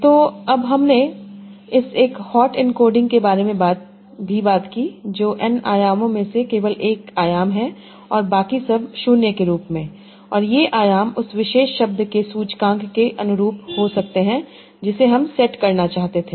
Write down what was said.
तो अब हमने इस एक हॉट एन्कोडिंग के बारे में भी बात की जो n आयामों में से केवल एक आयाम 1 है बाकी सब 0 के रूप में और ये आयाम उस विशेष शब्द के सूचकांक के अनुरूप हो सकते हैं जिसे हम सेट करना चाहते थे